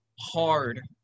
hard